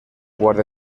guardia